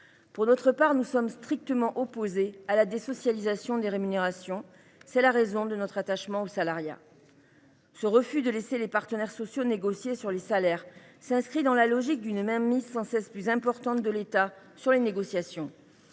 Pour notre part, nous sommes strictement opposés à la désocialisation des rémunérations, en raison de notre attachement au salariat. Un tel refus de laisser les partenaires sociaux négocier sur les salaires est le signe d’une mainmise sans cesse plus importante de l’État sur les négociations.